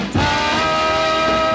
time